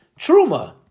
Truma